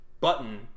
button